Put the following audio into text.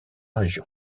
région